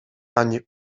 ani